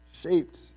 shaped